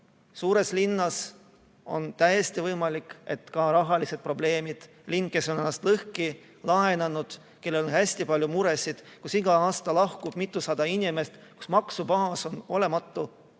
Suures linnas on täiesti võimalik, et on ka rahalised probleemid. See on linn, kes on ennast lõhki laenanud, kellel on hästi palju muresid, kust iga aasta lahkub mitusada inimest, kus maksubaas on olematu.